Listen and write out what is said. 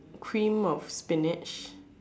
cream of spinach